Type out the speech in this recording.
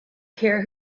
care